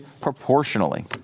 proportionally